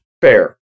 Fair